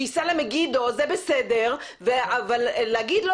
שייסע למגידו וזה בסדר אבל להגיד לו